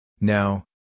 Now